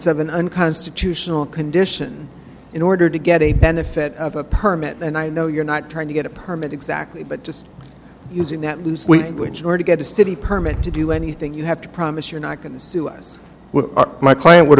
an unconstitutional condition in order to get a benefit of a permit and i know you're not trying to get a permit exactly but just using that loosely which or to get a city permit to do anything you have to promise you're not going to sue us my client would